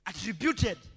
Attributed